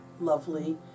lovely